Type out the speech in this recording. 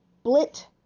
Split